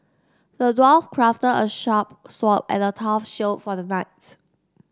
the dwarf crafted a sharp sword and a tough shield for the knights